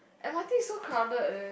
m_r_t so crowded eh